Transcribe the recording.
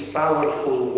powerful